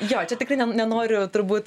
jo čia tikrai ne nenoriu turbūt